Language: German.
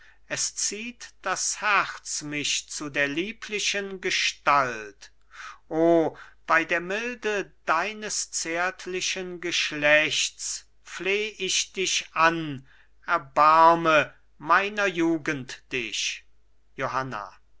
es zieht das herz mich zu der lieblichen gestalt o bei der milde deines zärtlichen geschlechts fleh ich dich an erbarme meiner jugend dich johanna